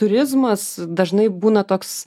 turizmas dažnai būna toks